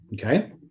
Okay